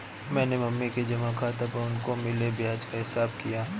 मैंने मम्मी के जमा खाता पर उनको मिले ब्याज का हिसाब किया